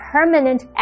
Permanent